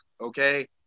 Okay